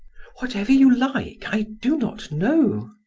whatever you like i do not know.